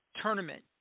tournament